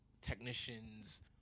technicians